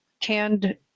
canned